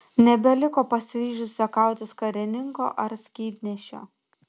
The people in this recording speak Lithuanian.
nebeliko pasiryžusio kautis karininko ar skydnešio